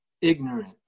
ignorant